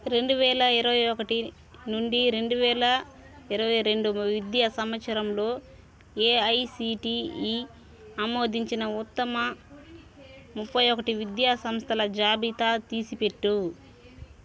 రెండు వేల ఇరవై ఒకటి నుండి రెండు వేల ఇరవై రెండు విద్యా సంవత్సరంలో ఏఐసిటిఈ ఆమోదించిన ఉత్తమ ముప్పై ఒకటి విద్యా సంస్థల జాబితా తీసిపెట్టు